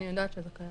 אני יודעת שזה קיים.